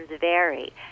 vary